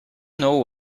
know